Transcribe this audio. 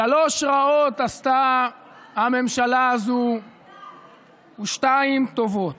שלוש רעות עשתה הממשלה הזאת ושתיים טובות.